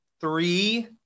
three